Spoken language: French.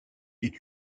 est